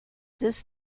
this